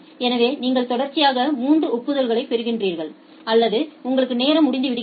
எனவே நீங்கள் தொடர்ச்சியாக 3 ஒப்புதல்களைப் பெறுகிறீர்கள் அல்லது உங்களுக்கு நேரம் முடிந்துவிடுகிறது